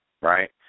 right